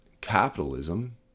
capitalism